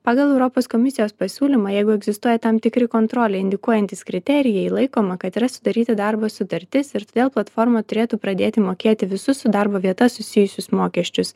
pagal europos komisijos pasiūlymą jeigu egzistuoja tam tikri kontrolę indikuojantys kriterijai laikoma kad yra sudaryti darbo sutartis ir todėl platforma turėtų pradėti mokėti visus su darbo vieta susijusius mokesčius